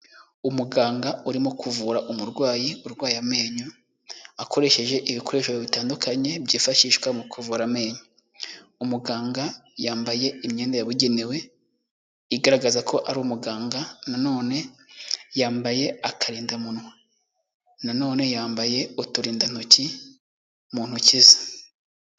Umuganga urimo kuvura umurwayi urwaye amenyo, akoresheje ibikoresho bitandukanye byifashishwa mu kuvura amenyo; Umuganga yambaye imyenda yabugenewe igaragaza ko ari umuganga, na none yambaye akarindamunwa, na none yambaye uturindantoki mu ntoki ze.